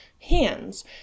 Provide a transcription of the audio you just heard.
hands